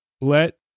let